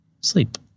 sleep